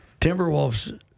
Timberwolves